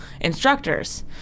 instructors